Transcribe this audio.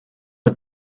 put